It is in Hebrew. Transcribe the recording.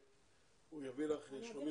שלומית,